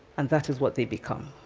and that is what they become.